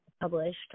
published